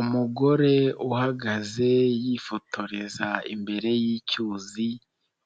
Umugore uhagaze yifotoreza imbere y'icyuzi